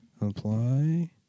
Apply